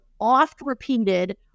oft-repeated